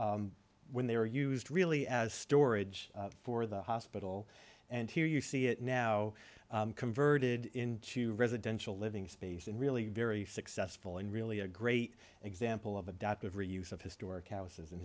when they were used really as storage for the hospital and here you see it now converted into residential living space and really very successful and really a great example of adaptive reuse of historic houses and